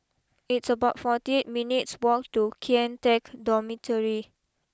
it's about forty eight minutes walk to Kian Teck Dormitory